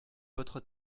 votre